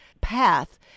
path